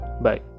Bye